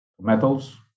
metals